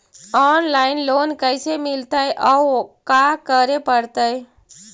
Online loan कैसे मिलतै औ का करे पड़तै?